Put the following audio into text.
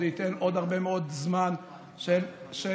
מאוד, זה ייתן עוד הרבה מאוד זמן של שיח.